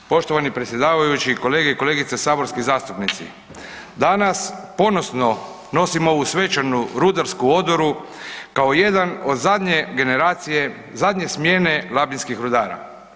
Poštovani predsjedavajući i kolege i kolegice saborski zastupnici, danas ponosno nosim ovu svečanu rudarsku odoru kao jedan od zadnje generacije, zadnje smjene labinskih rudara.